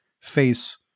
face